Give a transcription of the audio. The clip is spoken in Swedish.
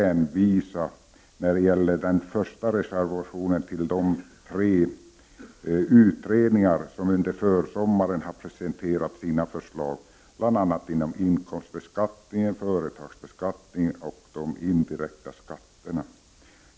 När det gäller den första reservationen vill jag hänvisa till de tre utredningar som under försommaren har presenterat sina förslag om inkomstbeskattningen, företagsbeskattningen och de indirekta skatterna.